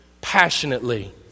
passionately